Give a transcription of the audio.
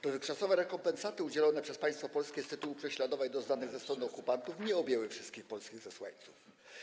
Dotychczasowe rekompensaty udzielone przez państwo polskie z tytułu prześladowań doznanych ze strony okupantów nie objęły wszystkich polskich zesłańców.